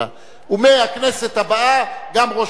ומהכנסת הבאה גם ראש האופוזיציה.